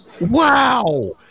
Wow